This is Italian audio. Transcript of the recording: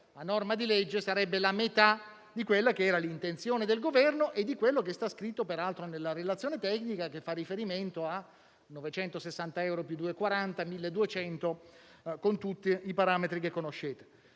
a norma di legge, sarebbe la metà di quella che era nell'intenzione del Governo e di quello che è scritto peraltro nella relazione tecnica che fa riferimento a 960 euro più 240, quindi 1.200, con tutti i parametri che conoscete.